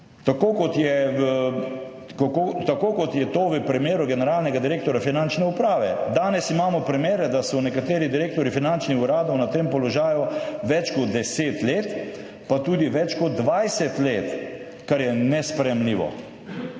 tako, kot je to v primeru generalnega direktorja Finančne uprave. Danes imamo primere, da so nekateri direktorji finančnih uradov na tem položaju več kot 10 let, pa tudi več kot 20 let, kar je nesprejemljivo!